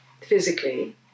physically